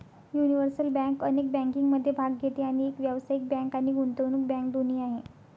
universal bank अनेक बँकिंगमध्ये भाग घेते आणि एक व्यावसायिक बँक आणि गुंतवणूक बँक दोन्ही आहे